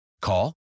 Call